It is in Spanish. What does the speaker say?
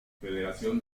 federación